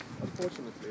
unfortunately